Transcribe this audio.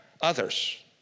others